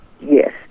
Yes